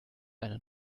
einer